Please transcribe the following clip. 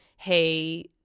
hey